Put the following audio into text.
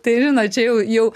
tai žinot čia jau jau